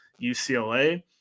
UCLA